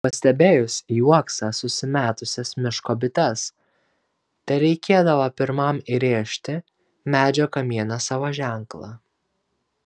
pastebėjus į uoksą susimetusias miško bites tereikėdavo pirmam įrėžti medžio kamiene savo ženklą